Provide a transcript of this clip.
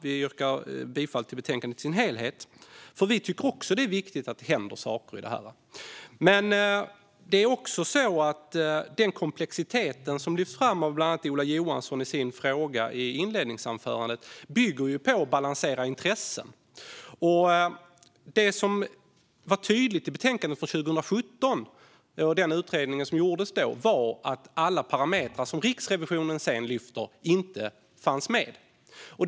Vi yrkar bifall till förslaget i betänkandet i dess helhet, för vi tycker också att det är viktigt att det händer saker. Men det är också så att den komplexitet som bland annat lyftes fram av Ola Johansson i hans inledningsanförande bygger på att man balanserar intressen. Det som är tydligt i betänkandet från 2017 och den utredning som gjordes då är att alla parametrar som Riksrevisionen sedan lyft fram inte finns med.